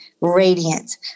radiant